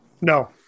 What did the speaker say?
No